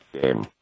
game